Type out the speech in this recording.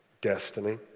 destiny